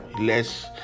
less